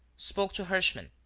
spoke to herschmann,